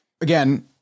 again